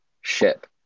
ship